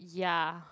ya